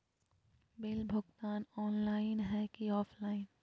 Bill भुगतान online है की ऑफलाइन?